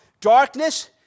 darkness